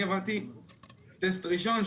אני עברתי טסט ראשון,